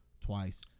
twice